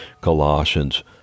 Colossians